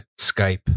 Skype